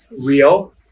real